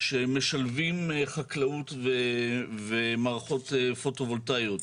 שמשלבים חקלאות ומערכות פוטו-וולטאיות.